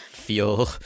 feel